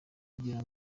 kugira